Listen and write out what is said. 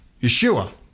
Yeshua